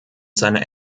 seiner